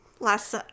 last